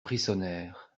frissonnèrent